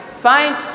fine